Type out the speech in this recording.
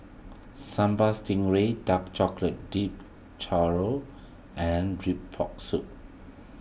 Sambal Stingray Dark Chocolate Dipped Churro and Rib Pork Soup